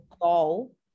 goal